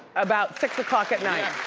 about six o'clock at night.